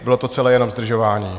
Bylo to celé jenom zdržování.